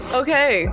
okay